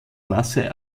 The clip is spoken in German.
masse